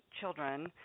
children